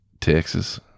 Texas